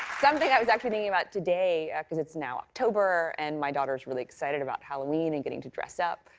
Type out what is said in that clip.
something i was actually thinking about today, yeah cause it's now october and my daughter's really excited about halloween and getting to dress up,